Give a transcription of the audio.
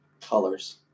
colors